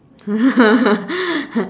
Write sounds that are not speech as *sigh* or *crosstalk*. *laughs*